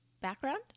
background